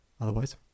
Otherwise